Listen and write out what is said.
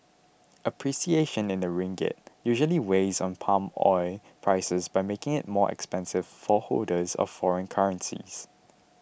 appreciation in the ringgit usually weighs on palm oil prices by making it more expensive for holders of foreign currencies